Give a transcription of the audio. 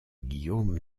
guillaume